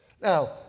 Now